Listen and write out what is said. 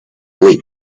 late